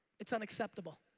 it's unacceptable.